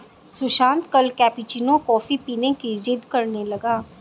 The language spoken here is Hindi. सुशांत कल कैपुचिनो कॉफी पीने की जिद्द करने लगा